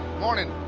morning.